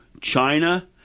China